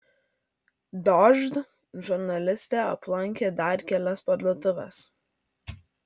dožd žurnalistė aplankė dar kelias parduotuves